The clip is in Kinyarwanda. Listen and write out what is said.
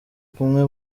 kumwe